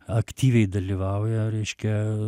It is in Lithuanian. aktyviai dalyvauja reiškia